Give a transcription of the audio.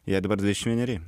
jai dabar dvidešim vieneri